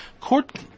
court